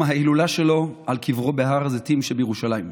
ההילולה שלו על קברו שבהר הזיתים שבירושלים.